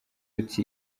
ati